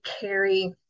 carry